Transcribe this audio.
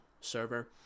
server